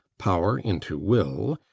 power into will,